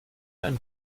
ein